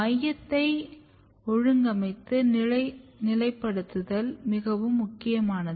மையத்தை ஒழுங்கமைத்து நிலைப்படுத்துதல் மிகவும் முக்கியமானது